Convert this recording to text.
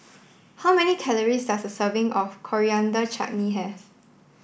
how many calories does a serving of Coriander Chutney have